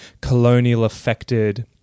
colonial-affected